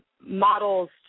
models